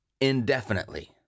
indefinitely